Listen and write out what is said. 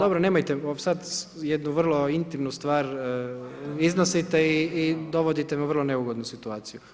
Dobro, nemojte, sada jedno vrlo intimnu stvar iznosite i dovodite me u vrlo neugodno situaciju.